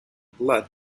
blood